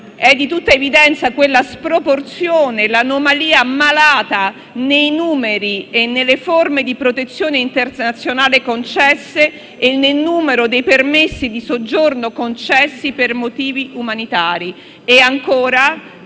di tutta evidenza, infatti, la sproporzione e l'anomalia malata nei numeri delle forme di protezione internazionale concesse e nel numero dei permessi di soggiorno concessi per motivi umanitari. E ancora: